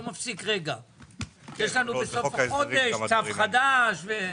יש לנו בסוף החודש צו חדש.